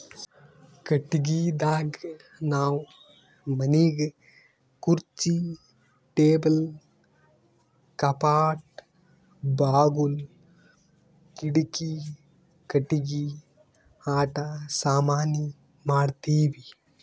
ಕಟ್ಟಿಗಿದಾಗ್ ನಾವ್ ಮನಿಗ್ ಖುರ್ಚಿ ಟೇಬಲ್ ಕಪಾಟ್ ಬಾಗುಲ್ ಕಿಡಿಕಿ ಕಟ್ಟಿಗಿ ಆಟ ಸಾಮಾನಿ ಮಾಡ್ತೀವಿ